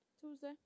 Tuesday